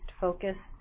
focus